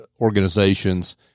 organizations